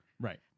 right